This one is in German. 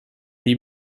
die